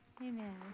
Amen